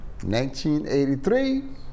1983